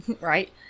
Right